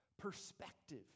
perspective